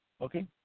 Okay